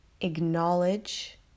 acknowledge